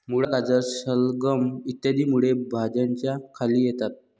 मुळा, गाजर, शलगम इ मूळ भाज्यांच्या खाली येतात